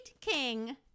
King